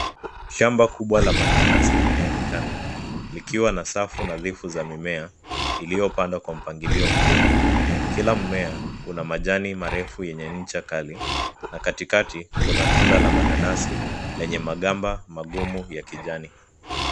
Shamba kubwa la mananasi linaonekana likiwa na safu nadhifu za mimea iliyopandwa kwa mpangilio mzuri. Kila mmea una majani marefu yenye ncha kali na katikati kuna tunda la mananasi lenye magamba magumu ya kijani.